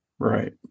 Right